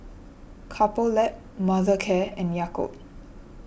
Couple Lab Mothercare and Yakult